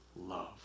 love